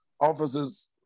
officers